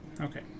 Okay